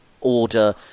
order